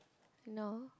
no